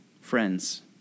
friends